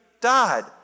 died